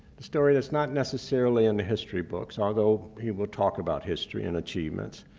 the story that's not necessarily in the history books, although he will talk about history and achievements,